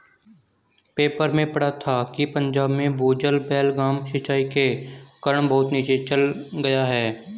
paper में पढ़ा था कि पंजाब में भूजल बेलगाम सिंचाई के कारण बहुत नीचे चल गया है